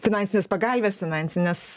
finansines pagalves finansines